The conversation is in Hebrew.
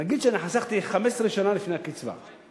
נגיד שאני חסכתי 15 שנה לפני הקצבה,